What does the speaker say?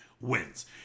wins